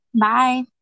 Bye